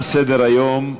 תם סדר-היום.